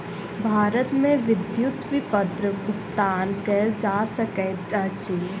भारत मे विद्युत विपत्र भुगतान कयल जा सकैत अछि